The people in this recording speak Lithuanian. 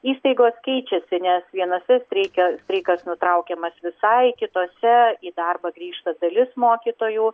įstaigos keičiasi nes vienose strei streikas nutraukiamas visai kitose į darbą grįžta dalis mokytojų